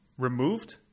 Removed